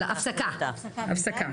הפסקה, הפסקה.